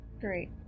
Great